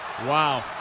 Wow